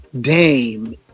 Dame